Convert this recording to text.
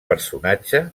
personatge